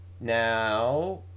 Now